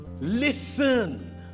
listen